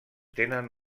tenen